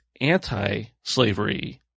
anti-slavery